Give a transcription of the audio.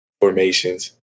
formations